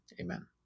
Amen